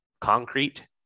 concrete